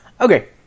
Okay